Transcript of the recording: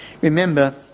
Remember